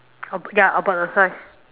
ab~ ya about the size